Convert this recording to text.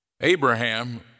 Abraham